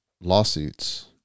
lawsuits